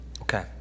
Okay